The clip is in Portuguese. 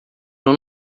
não